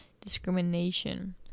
discrimination